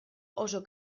oso